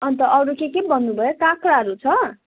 अन्त अरू के के नि भन्नुभयो काँक्राहरू छ